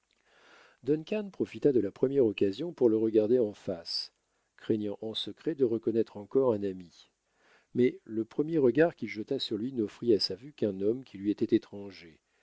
profita de la première occasion pour le regarder en face craignant en secret de reconnaître encore un ami mais le premier regard qu'il jeta sur lui n'offrit à sa vue qu'un homme qui lui était étranger